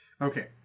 Okay